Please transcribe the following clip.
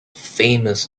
famous